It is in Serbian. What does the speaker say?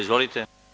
Izvolite.